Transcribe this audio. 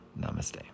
Namaste